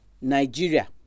Nigeria